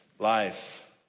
Life